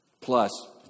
Plus